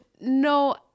No